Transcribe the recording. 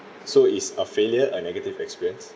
so is a failure a negative experience